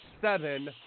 seven